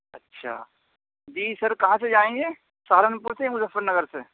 اچھا جی سر کہاں سے جائیں گے سہارنپور سے مظفر نگر سے